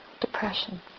depression